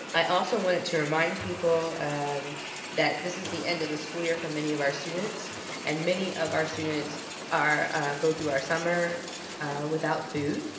i also wanted to remind people that this is the end of the school year for many of our students and many of our students go through our summer without food,